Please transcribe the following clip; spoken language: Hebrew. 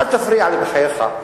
אל תפריע לי, בחייך.